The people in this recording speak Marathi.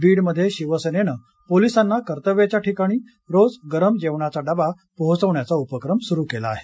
बीड मध्ये शिवसेनेनं पोलिसांना कर्तव्याच्या ठिकाणी रोज गरम जेवणाचा डबा पोहचवण्याचा उपक्रम सुरू केला आहे